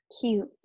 Cute